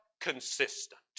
consistent